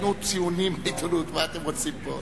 תיתנו ציונים לעיתונות, מה אתם רוצים פה?